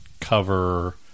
cover